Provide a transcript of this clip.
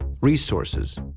resources